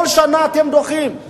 כל שנה אתם דוחים.